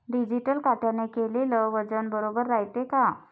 Digital काट्याने केलेल वजन बरोबर रायते का?